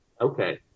Okay